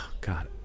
God